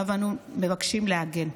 שעליו אנו מבקשים להגן.